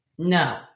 No